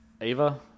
Ava